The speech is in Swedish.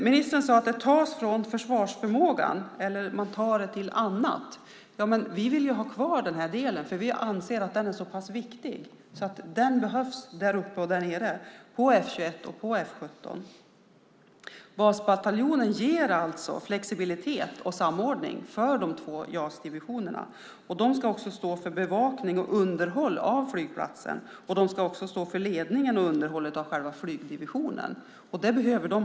Ministern säger att det tas från försvarsförmågan, att man tar det till något annat. Vi vill ha kvar den delen. Vi anser att den är så viktig att den behövs både i norr och i söder, det vill säga både F 21 och F 17. Basbataljonen ger alltså flexibilitet och möjligheter till samordning av de två JAS-divisionerna. Vidare ska de stå för bevakning och underhåll av flygplatsen liksom för ledningen och underhållet av själva flygdivisionen. Därför behövs de.